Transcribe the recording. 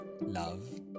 love